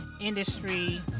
industry